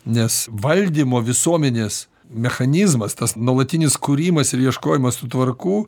nes valdymo visuomenės mechanizmas tas nuolatinis kūrimas ir ieškojimas tų tvarkų